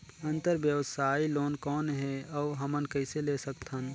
अंतरव्यवसायी लोन कौन हे? अउ हमन कइसे ले सकथन?